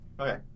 Okay